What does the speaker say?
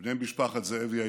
בני משפחת זאבי היקרים,